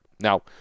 Now